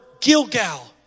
Gilgal